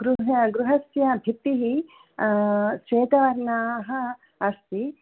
गृह गृहस्य भित्तिः श्वेतवर्णः अस्ति